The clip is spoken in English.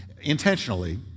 intentionally